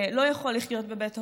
שלא יכול לחיות בבית הוריו,